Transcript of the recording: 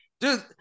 Dude